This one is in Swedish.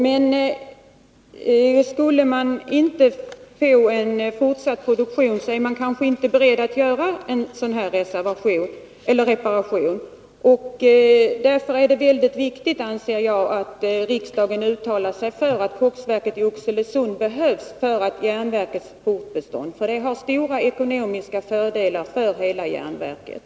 Men om man inte skulle få fortsatt produktion är man kanske inte beredd att göra en sådan här reparation, och därför är det mycket viktigt att riksdagen uttalar sig för att koksverket i Oxelösund behövs för järnverkets fortbestånd. Det har nämligen stora ekonomiska fördelar för hela järnverket.